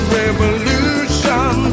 revolution